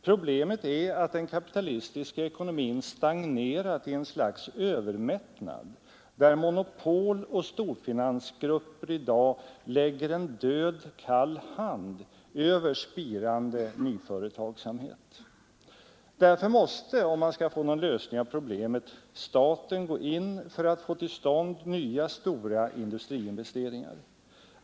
Problemet är att den kapitalistiska ekonomin stagnerat i ett slags övermättnad, där monopol och storfinansgrupper i dag lägger en död, kall hand över spirande nyföretagsamhet. Därför måste, om man skall få någon lösning av problemet, staten gå in för att få till stånd nya, stora industriinvesteringar.